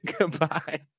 Goodbye